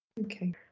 Okay